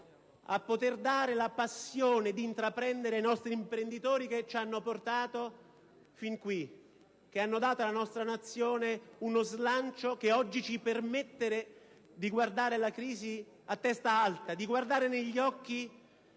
a trasmettere la passione di intraprendere ai nostri imprenditori, che ci hanno portato fin qui, che hanno dato alla nostra Nazione quello slancio che oggi ci permette di affrontare la crisi a testa alta, di guardare negli occhi